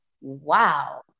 wow